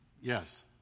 yes